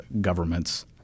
governments